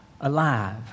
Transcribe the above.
alive